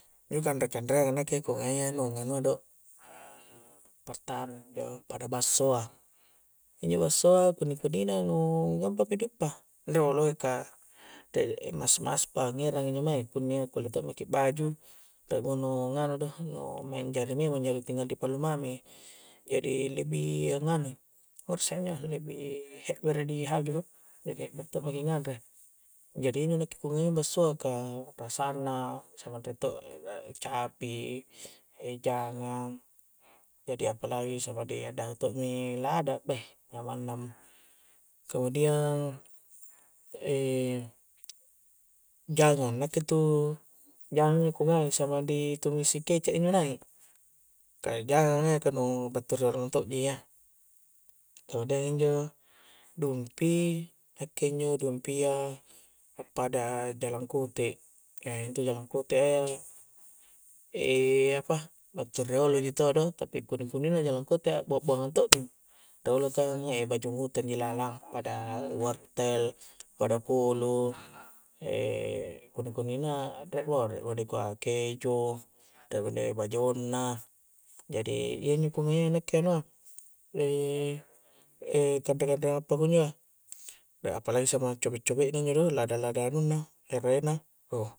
Injo' kanre-kanreang' nakke ku ngai' ya nu' nganua' do partama injo' pada basso'a, injo' bassoa' kunni-kunni na nu' gampangmi di uppa, ri' olo' ya kah e' mas-maspa ngerang injo' mae' kunni' ya kulle to' maki baju' nanu nu' nganu' do nu maeng' jari' memang' jadi tinggal di pallu' mami jadi lebih ya nganu'i ngurasse' injo' lebih he'bere di haju' do he'bere to' maki nganre', jadi injo' nakke' ku ngai' bassoa' kah biasanna, samang re' to' capi', e' jangang' jadi apalagi samang di' dahu' to' mi lada' beh, nyamannang' kemudian e' jangang' nakke' intu', jangang' ku ngai' samang ri' tu'misi keca' injo' nai' kah jangang a' ya ka nu' battu' ri lalang mitto' ji ya kemudian injo' dumpi' nakke' injo' dumpi' a appada' jalang kote' e' intu' jalang kote' a' ya e' apa battu' ri' olo' ji taua' do tapi kunni'-kunni' na jalang kote' a ba' bua' buangan to' mi, ri' olo kan e' baju muto' ji lalang pada wortel pada kolu' e' kunni-kunni' na re' mo, re' mo dikua' keju re' mi dikua' jonna' jadi, injo' ku ngai'a nakke' anua' e' e' kanre-kanre' appakunjoa' apalagi samang cumi-cumi' na njo' do, lada-lada' anunna' ere' na uh